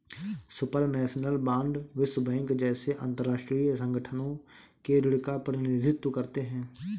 supranational bond विश्व bank जैसे अंतरराष्ट्रीय संगठनों के ऋण का प्रतिनिधित्व करते हैं